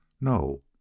No